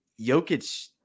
Jokic